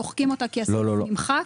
מוחקים אותה כי הסעיף נמחק.